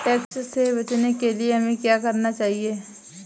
Tax से बचने के लिए हमें क्या करना चाहिए?